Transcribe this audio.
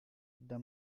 the